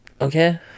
okay